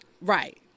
Right